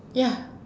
ya